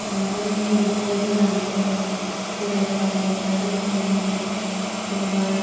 थांनानै बिदिनो मोजां मोनो बेरायथाव मेरला जायगा मोजां मोजां जेन'बा